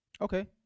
Okay